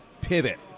pivot